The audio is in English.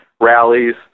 rallies